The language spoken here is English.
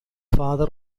father